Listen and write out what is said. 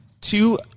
two